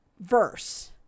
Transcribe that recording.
verse